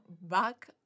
back